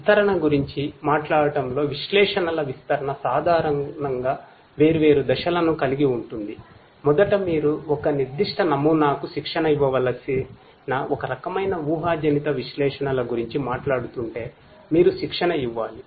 విస్తరణ గురించి మాట్లాడటంలోవిశ్లేషణల విస్తరణ సాధారణంగా వేర్వేరు దశలను కలిగి ఉంటుంది మొదట మీరు ఒక నిర్దిష్ట నమూనాకు శిక్షణ ఇవ్వవలసిన ఒకరకమైన ఊహాజనిత విశ్లేషణల గురించి మాట్లాడుతుంటే మీరు శిక్షణ ఇవ్వలి